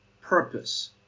purpose